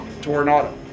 Tornado